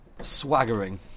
swaggering